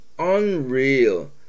unreal